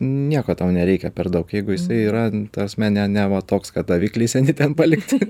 nieko tau nereikia per daug jeigu jisai yra ta prasme ne ne va toks kad davikliai seni ten palikti